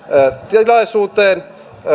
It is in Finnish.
tilaisuuteen